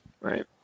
right